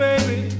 Baby